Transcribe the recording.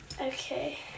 Okay